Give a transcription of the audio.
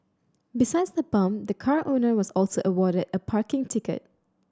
besides the bump the car owner was also awarded a parking ticket